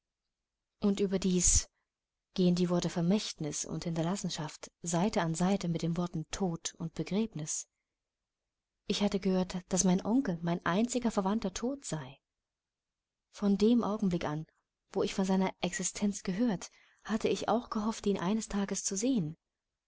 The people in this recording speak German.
und überdies gehen die worte vermächtnis und hinterlassenschaft seite an seite mit den worten tod und begräbnis ich hatte gehört daß mein onkel mein einziger verwandter tot sei von dem augenblick an wo ich von seiner existenz gehört hatte ich auch gehofft ihn eines tages zu sehen